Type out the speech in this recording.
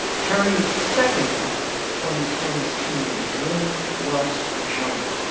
perry's second album, twenty ten s teenage dream, was a juggernaut.